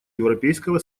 европейского